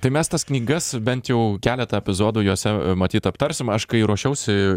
tai mes tas knygas bent jau keletą epizodų jose matyt aptarsim aš kai ruošiausi